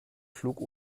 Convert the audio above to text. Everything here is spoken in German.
flug